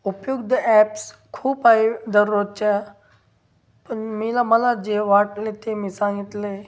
उपयुक्त ॲप्स खूप आहेत दररोजच्या पण मीला मला जे वाटले ते मी सांगितले